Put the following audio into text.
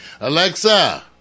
Alexa